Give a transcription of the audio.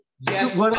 yes